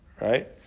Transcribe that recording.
Right